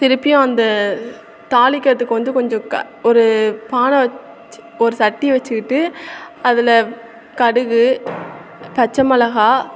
திருப்பியும் அந்த தாளிக்கிறதுக்கு வந்து கொஞ்சம் க ஒரு பானை வச்சு ஒரு சட்டி வச்சுக்கிட்டு அதில் கடுகு பச்சை மிளகா